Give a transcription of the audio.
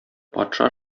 патша